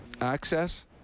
access